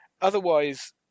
otherwise